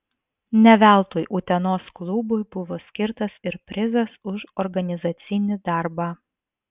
ne veltui utenos klubui buvo skirtas ir prizas už organizacinį darbą